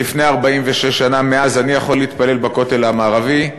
לפני 46 שנה, מאז אני יכול להתפלל בכותל המערבי,